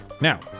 Now